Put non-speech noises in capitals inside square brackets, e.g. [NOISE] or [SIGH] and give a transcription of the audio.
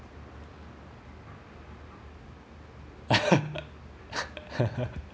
[LAUGHS]